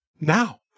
now